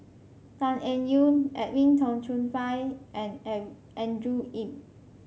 Tan Eng Yoon Edwin Tong Chun Fai and Andrew Yip